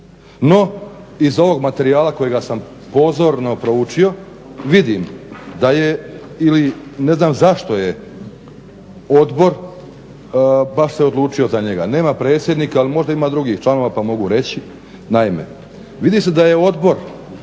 No, iz ovog materijala kojega sam pozorno proučio vidim da je ili ne znam zašto je odbor baš se odlučio za njega. Nema predsjednika ali možda ima drugih članova pa mogu reći. Naime, vidi se da je odbor